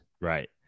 Right